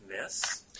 miss